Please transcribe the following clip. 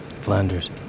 Flanders